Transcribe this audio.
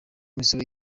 misoro